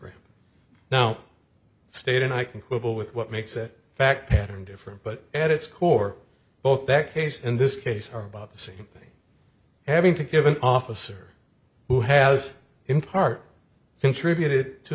right now state and i can quibble with what makes that fact pattern different but at its core both that case in this case are about the same thing having to give an officer who has in part contributed to